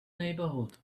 neighbourhood